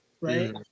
right